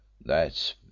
That's